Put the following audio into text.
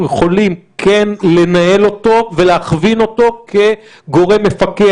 אנחנו יכולים לנהל אותו ולהכווין אותו כגורם מפקח.